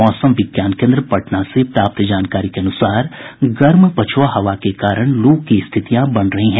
मौसम विज्ञान केन्द्र पटना से प्राप्त जानकारी के अनुसार गर्म पछुआ हवा के कारण लू की स्थितियां बन रही हैं